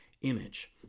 image